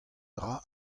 dra